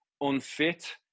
unfit